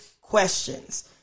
questions